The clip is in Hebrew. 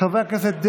חוה אתי עטייה,